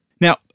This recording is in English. Now